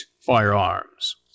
firearms